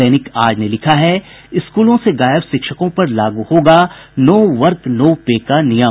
दैनिक आज ने लिखा है स्कूलों से गायब शिक्षकों पर लागू होगा नो वर्क नो पे का नियम